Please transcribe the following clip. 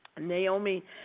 Naomi